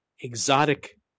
exotic